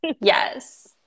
Yes